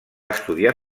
estudiar